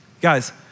Guys